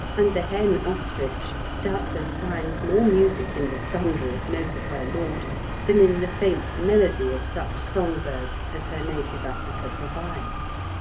and the hen ostrich doubtless finds more music in the thunderous note of her lord than in the faint melody of such song-birds as her native africa provides.